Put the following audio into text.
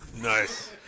Nice